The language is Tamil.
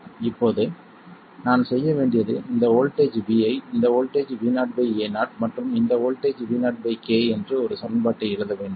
இப்போது நான் செய்ய வேண்டியது இந்த வோல்ட்டேஜ் Vi இந்த வோல்ட்டேஜ் VoAo மற்றும் இந்த வோல்ட்டேஜ் Vok என்று ஒரு சமன்பாட்டை எழுத வேண்டும்